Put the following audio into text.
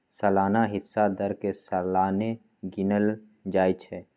सलाना हिस्सा दर के सलाने गिनल जाइ छइ